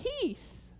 peace